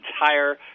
entire